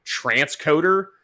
transcoder